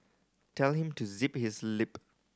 tell him to zip his lip